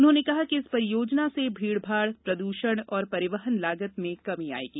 उन्होंने कहा कि इस परियोजना से भीड़भाड प्रदूषण और परिवहन लागत में कमी आएगी